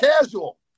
casual